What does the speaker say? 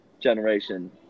generation